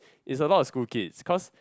it's a lot of school kids cause